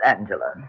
Angela